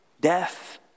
death